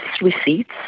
receipts